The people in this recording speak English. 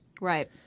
Right